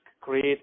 Create